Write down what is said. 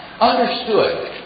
understood